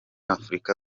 afurika